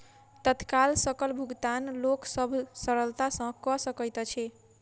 तत्काल सकल भुगतान लोक सभ सरलता सॅ कअ सकैत अछि